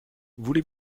voulez